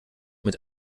mit